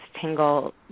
tingle